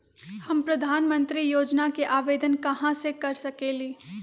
हम प्रधानमंत्री योजना के आवेदन कहा से कर सकेली?